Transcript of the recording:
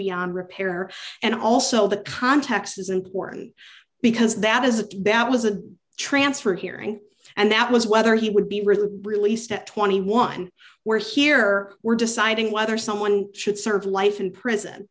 beyond repair and also that context is important because that is that bat was a transfer hearing and that was whether he would be really released at twenty one where here we're deciding whether someone should serve life in prison